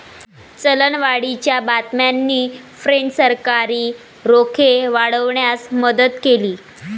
चलनवाढीच्या बातम्यांनी फ्रेंच सरकारी रोखे वाढवण्यास मदत केली